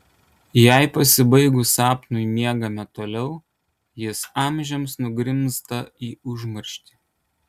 jei pasibaigus sapnui miegame toliau jis amžiams nugrimzta į užmarštį